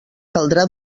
caldrà